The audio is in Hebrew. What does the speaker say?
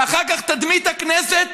ואחר כך תדמית הכנסת